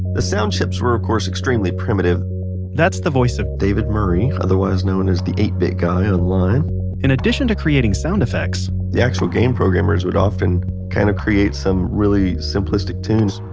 the sound chips were of course extremely primitive that's the voice of. david murray, otherwise known as the eight bit guy online in addition to creating sound effects. the actual game programmers would often kind of create some really simplistic tunes.